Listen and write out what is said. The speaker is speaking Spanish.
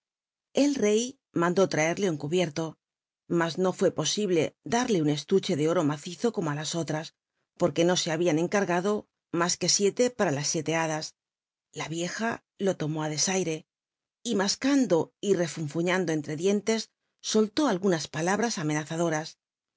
el rey mandó traerle un cubierto mas no fue posible darle un estuche de oro mal'ii o como á las otras porq u no se habian encargado mas c ue siete para las ietc hadas la vieja lo lomó it desaire mascando y rcfunrujiando entre diente soltl algunas palabras amenazadoras